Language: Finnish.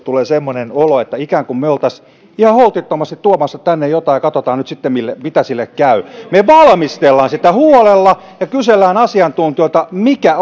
tulee semmoinen olo että ikään kuin me olisimme ihan holtittomasti tuomassa tänne jotain ja katsotaan nyt sitten mitä sille käy me valmistelemme sitä huolella ja kyselemme asiantuntijoilta mikä